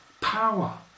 power